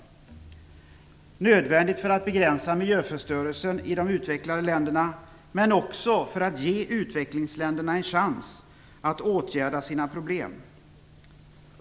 Det är nödvändigt för att begränsa miljöförstörelsen i de utvecklade länderna men också för att ge utvecklingsländerna en chans att åtgärda sina problem.